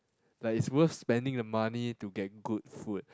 like is worth spending the money to get good food